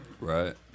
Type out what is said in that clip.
Right